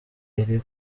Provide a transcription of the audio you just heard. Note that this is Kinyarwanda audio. iri